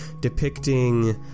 depicting